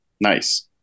Nice